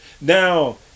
Now